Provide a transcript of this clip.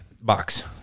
box